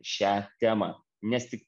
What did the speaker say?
šią temą nes tik